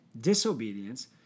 disobedience